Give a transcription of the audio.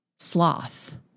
sloth